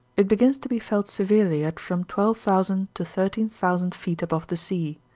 it begins to be felt severely at from twelve thousand to thirteen thousand feet above the sea.